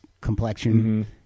complexion